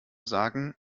sagen